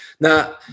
Now